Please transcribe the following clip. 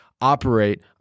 operate